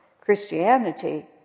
Christianity